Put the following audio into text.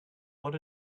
what